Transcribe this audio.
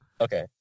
Okay